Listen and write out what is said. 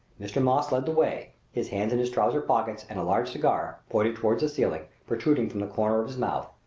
mr. moss led the way, his hands in his trousers pockets and a large cigar, pointing toward the ceiling, protruding from the corner of his mouth.